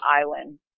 island